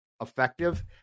effective